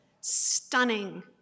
stunning